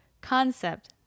concept